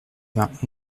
vingt